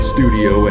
Studio